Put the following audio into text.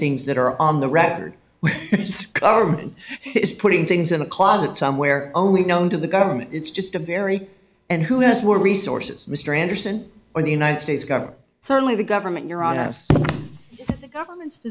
things that are on the record government is putting things in a closet somewhere only known to the government it's just a very and who has more resources mr anderson or the united states government certainly the government you're on a us government's